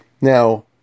Now